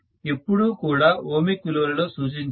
ఎప్పుడూ కూడా ఓమిక్ విలువలలో సూచించరు